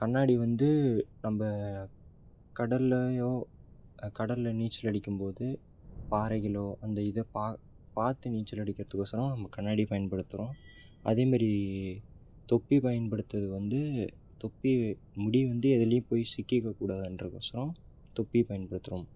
கண்ணாடி வந்து நம்ம கடல்லேயோ க கடலில் நீச்சல் அடிக்கும் போது பாறைகளோ அந்த இதை பா பார்த்து நீச்சல் அடிக்கிறதுக்கொசரம் நம்ம கண்ணாடி பயன்படுத்துகிறோம் அதே மாதிரி தொப்பி பயன்படுத்துவது வந்து தொப்பி முடி வந்து எதுலேயும் போய் சிக்கிக்கக்கூடாதுன்றதுக்கொசரம் தொப்பியை பயன்படுத்துகிறோம்